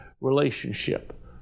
relationship